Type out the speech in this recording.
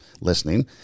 listening